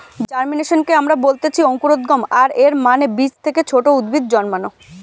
জার্মিনেশনকে আমরা বলতেছি অঙ্কুরোদ্গম, আর এর মানে বীজ থেকে ছোট উদ্ভিদ জন্মানো